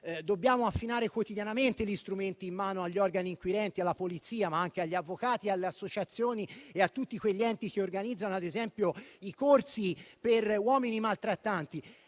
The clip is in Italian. dobbiamo affinare quotidianamente gli strumenti in mano agli organi inquirenti e alla polizia, ma anche agli avvocati, alle associazioni e a tutti gli enti che organizzano, ad esempio, i corsi per uomini maltrattanti.